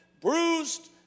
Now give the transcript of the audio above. bruised